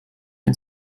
and